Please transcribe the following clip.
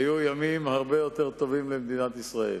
היו ימים הרבה יותר טובים למדינת ישראל.